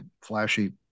flashy